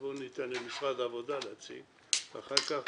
בוא ניתן למשרד העבודה להציג, ואחר כך